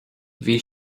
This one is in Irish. bhí